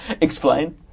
Explain